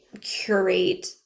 curate